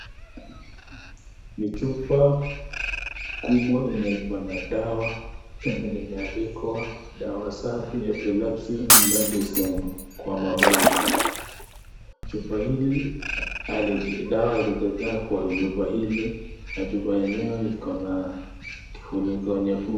Ni chupa kubwa yenye iko na dawa yenye imeandikwa dawa safi 'epilepsy medicine ' kwa mapango, chupa hili dawa halijajaa kwa chupa hili na chupa yenyewe kifuniko .